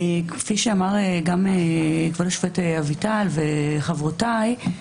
כפי שאמר כבוד השופט אביטל חן וחברותיי,